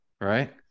right